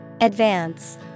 Advance